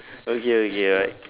okay okay like